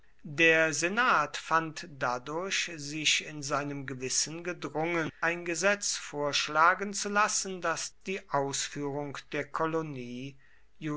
der senat fand dadurch sich in seinem gewissen gedrungen ein gesetz vorschlagen zu lassen das die ausführung der kolonie